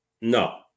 No